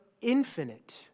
infinite